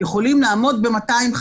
יכולים לעמוד ב-250.